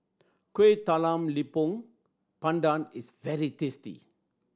Kuih Talam Tepong Pandan is very tasty